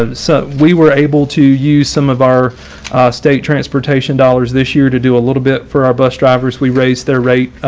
ah so we were able to use some of our state transportation dollars this year to do a little bit for our bus drivers. we raised their rate,